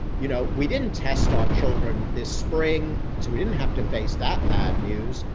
you know, we didn't test our children this spring, so we didn't have to face that bad news.